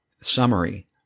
Summary